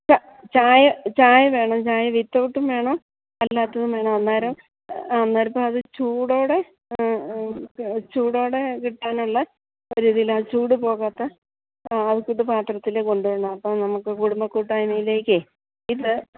ചായ ചായ വേണം ചായ വിത്ത്ഔട്ടും വേണം അല്ലാത്തതും വേണം അന്നേരം അന്നേരത്ത് അത് ചൂടോടെ ചൂടോടെ കിട്ടാനുള്ള രീതിയിലാണ് ചൂട് പോവാത്തത് അതുകൂട്ട് പാത്രത്തിൽ കൊണ്ടുവരണം അപ്പം നമുക്ക് കുടുംബ കൂട്ടായ്മയിലേക്ക് ഇത്